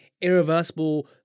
irreversible